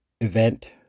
event